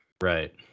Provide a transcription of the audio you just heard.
Right